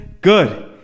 good